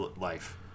life